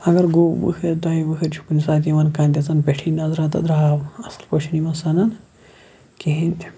اَگَر گوو ؤہٕرۍ دۄیہِ ؤہٕرۍ چھُ کُنہٕ ساتہٕ یِوان کانٛہہ دِژٕن پیٚٹھی نَظراہ تہٕ دراو اَصل پٲٹھۍ چھِنہٕ یِمَن سَنان کِہیٖن تہٕ